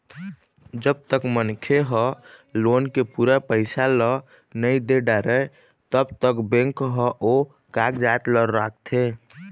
जब तक मनखे ह लोन के पूरा पइसा ल नइ दे डारय तब तक बेंक ह ओ कागजात ल राखथे